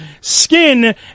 Skin